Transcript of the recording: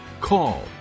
call